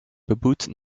beboet